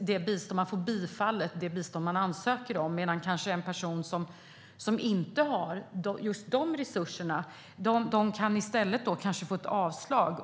det bistånd man ansökt om bifallet, medan kanske en person som inte har just dessa resurser i stället kan få avslag.